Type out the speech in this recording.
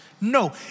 No